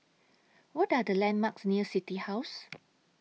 What Are The landmarks near City House